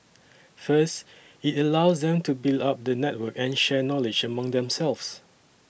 first it allows them to build up the network and share knowledge amongst themselves